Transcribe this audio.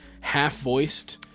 half-voiced